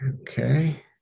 Okay